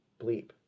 bleep